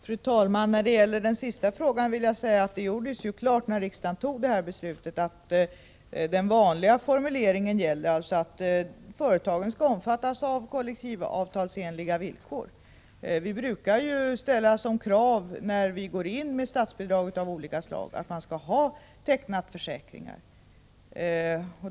Fru talman! När det gäller den sista frågan vill jag säga att man, när riksdagen tog det här beslutet, gjorde klart att den vanliga formuleringen gäller, dvs. att företagen skall omfattas av kollektivavtalsenliga villkor. När vi går in med statsbidrag av olika slag brukar vi ju ställa som krav att företagen skall ha tecknat försäkringar.